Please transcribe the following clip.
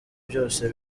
byose